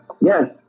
yes